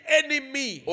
enemy